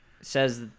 says